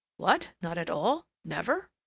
what! not at all? never?